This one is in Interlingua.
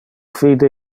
fide